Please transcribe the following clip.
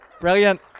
Brilliant